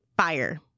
fire